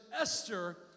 Esther